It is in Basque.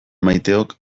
maiteok